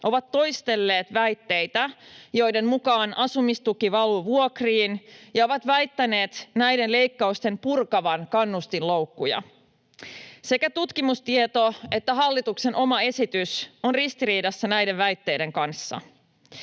ovat toistelleet väitteitä, joiden mukaan asumistuki valuu vuokriin, ja väittäneet näiden leikkauksien purkavan kannustinloukkuja. Sekä tutkimustieto että hallituksen oma esitys ovat ristiriidassa näiden väitteiden kanssa.